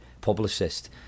publicist